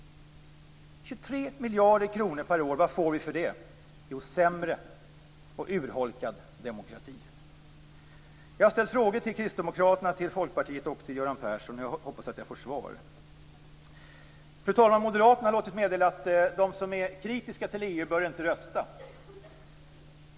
23 miljarder kronor per år, vad får vi för det? Jo, sämre och urholkad demokrati. Jag har ställt frågor till Kristdemokraterna, Folkpartiet och till Göran Persson, och jag hoppas att jag får svar. Fru talman! Moderaterna har låtit meddela att de som är kritiska till EU inte bör rösta.